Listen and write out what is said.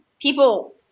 People